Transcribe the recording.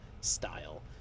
style